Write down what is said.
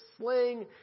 sling